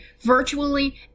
virtually